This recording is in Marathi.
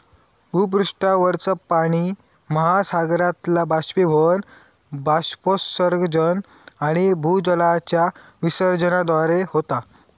भूपृष्ठावरचा पाणि महासागरातला बाष्पीभवन, बाष्पोत्सर्जन आणि भूजलाच्या विसर्जनाद्वारे होता